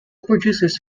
producers